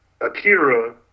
Akira